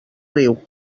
riu